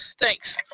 Thanks